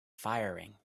firing